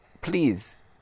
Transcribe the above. please